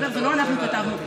זה לא אנחנו כתבנו,